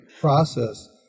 process